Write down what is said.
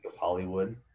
Hollywood